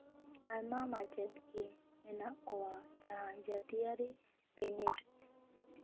ᱟᱭᱢᱟ ᱢᱟᱪᱮᱫ ᱜᱮ ᱢᱮᱱᱟᱜ ᱠᱚᱣᱟ ᱡᱟᱦᱟᱸᱭ ᱡᱟᱹᱛᱤᱭᱟᱹᱨᱤ ᱵᱤᱱᱤᱰ